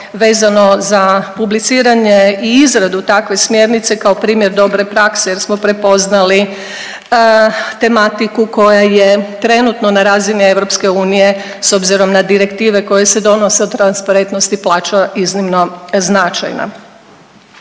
vezano za publiciranje i izradu takve smjernice kao primjer dobre prakse jer smo prepoznali tematiku koja je trenutno na razini EU s obzirom na direktive koje se donose o transparentnosti plaća iznimno značajna.